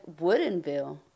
Woodenville